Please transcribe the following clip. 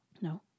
no